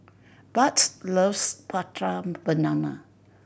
Bart loves Prata Banana